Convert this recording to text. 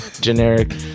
generic